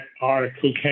article